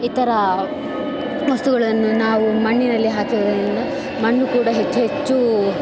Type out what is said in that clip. ಇತರ ವಸ್ತುಗಳನ್ನು ನಾವು ಮಣ್ಣಿನಲ್ಲಿ ಹಾಕಿರೋದ್ರಿಂದ ಮಣ್ಣು ಕೂಡ ಹೆಚ್ಚು ಹೆಚ್ಚು